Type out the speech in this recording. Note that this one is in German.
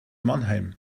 mannheim